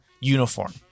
uniform